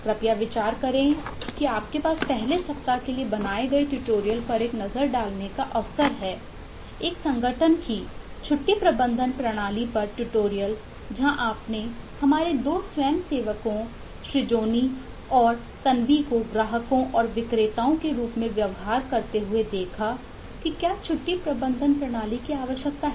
कृपया विचार करें कि आपके पास पहले सप्ताह के लिए बनाए गए ट्यूटोरियल जहां आपने हमारे दो स्वयंसेवकों श्रीजोनी और तन्वी को ग्राहकों और विक्रेताओं के रूप में व्यवहार करते हुए देखा कि क्या छुट्टी प्रबंधन प्रणाली की आवश्यकता है